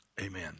Amen